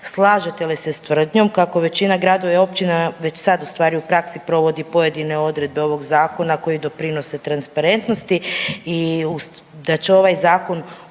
slažete li se s tvrdnjom kako većina gradova i općina već sad u stvari u praksi provodi pojedine odredbe ovog zakona koji doprinose transparentnosti i da će ovaj zakon